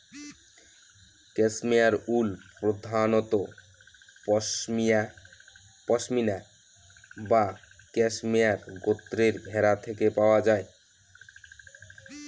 cashmere wool প্রধানত পসমিনা বা cashmere গোত্রের ভেড়া থেকে পাওয়া যায়